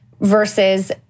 versus